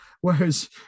Whereas